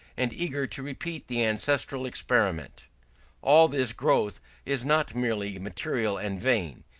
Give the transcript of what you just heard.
and eager to repeat the ancestral experiment all this growth is not merely material and vain.